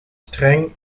streng